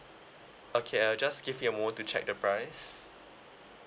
okay uh just give me a moment to check the price